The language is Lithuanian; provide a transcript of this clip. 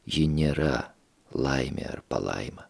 ji nėra laimė ar palaima